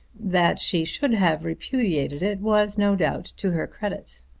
that she should have repudiated it was no doubt to her credit.